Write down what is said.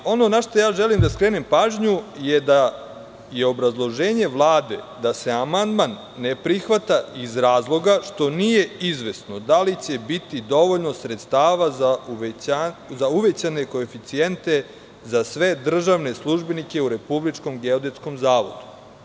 Ono na šta želim da skrenem pažnju je da je obrazloženje Vlade da se amandman ne prihvata iz razloga što nije izvesno da li će biti dovoljno sredstava za uvećane koeficijente za sve državne službenike u Republičkom geodetskom zavodu.